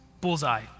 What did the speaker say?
Bullseye